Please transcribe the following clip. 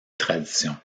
traditions